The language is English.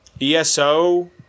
ESO